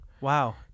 Wow